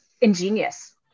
ingenious